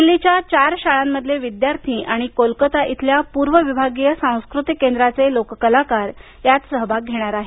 दिल्लीच्या चार शाळांमधले विद्यार्थी आणि कोलकाता इथल्या पूर्व विभागीय सांस्कृतिक केंद्राचे लोककलाकार यात सहभाग घेणार आहेत